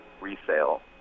resale